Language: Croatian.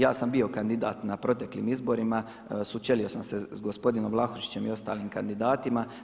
Ja sam bio kandidat na proteklim izborima, sučelio sam se s gospodinom Vlahušićem i ostalim kandidatima.